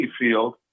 field